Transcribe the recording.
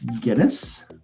Guinness